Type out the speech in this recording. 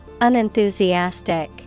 Unenthusiastic